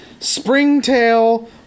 springtail